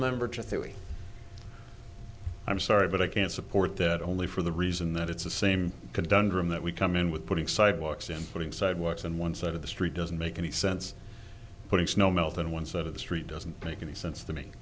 three i'm sorry but i can't support that only for the reason that it's the same can dundrum that we come in with putting sidewalks and putting sidewalks in one side of the street doesn't make any sense putting snow melt in one side of the street doesn't make any sense to me